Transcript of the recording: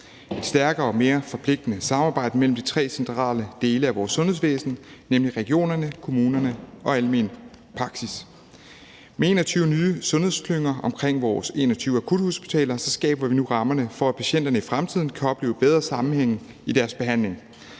et stærkere og mere forpligtende samarbejde mellem de tre centrale dele af vores sundhedsvæsen, nemlig regionerne, kommunerne og almen praksis. Med 21 nye sundhedsklynger omkring vores 21 akuthospitaler skaber vi nu rammerne for, at patienterne i fremtiden kan opleve bedre sammenhæng i deres behandling,